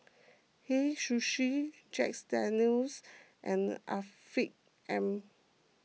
Hei Sushi Jack Daniel's and Afiq M